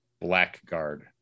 Blackguard